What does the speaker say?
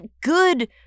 good